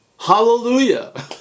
hallelujah